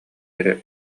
эрэ